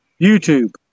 YouTube